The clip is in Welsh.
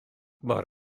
mor